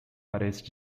arrest